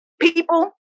people